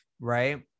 right